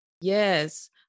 Yes